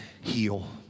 Heal